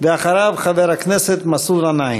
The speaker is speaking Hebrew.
אחריו, חבר הכנסת מסעוד גנאים.